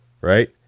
right